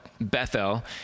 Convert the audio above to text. Bethel